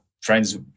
friends